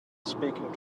speaking